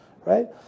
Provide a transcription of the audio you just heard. right